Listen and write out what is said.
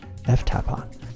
ftapon